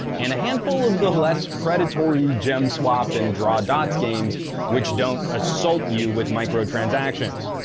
and a handful of the less predatory gem swap and draw dots games which don't assault you with microtransactions.